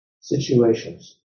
situations